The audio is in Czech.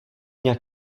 nějak